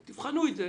תבחנו את זה